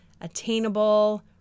attainable